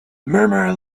murmur